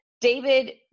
David